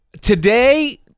Today